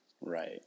Right